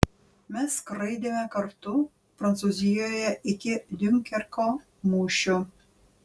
mes skraidėme kartu prancūzijoje iki diunkerko mūšio